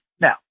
Now